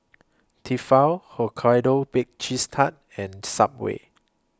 Tefal Hokkaido Baked Cheese Tart and Subway